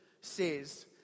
says